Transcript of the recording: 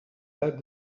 that